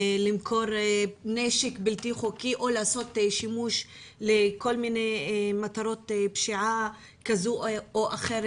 למכור נשק בלתי חוקי או לעשות שימוש בכל מיני מטרות פשיעה כזו או אחרת.